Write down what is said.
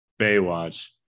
Baywatch